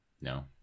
No